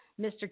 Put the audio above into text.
Mr